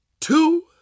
two